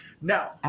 now